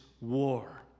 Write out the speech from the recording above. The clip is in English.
war